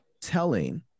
telling